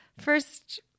first